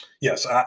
Yes